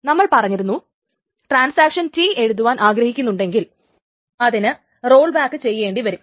നമ്മൾ പറഞ്ഞിരുന്നു transaction T എഴുതുവാൻ ആഗ്രഹിക്കുന്നുണ്ടെങ്കിൽ അതിന് റോൾ ബാക്ക് ചെയ്യെണ്ടി വരും